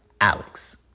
Alex